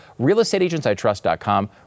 realestateagentsitrust.com